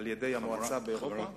על-ידי המועצה באירופה.